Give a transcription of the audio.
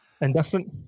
Indifferent